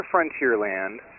Frontierland